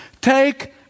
Take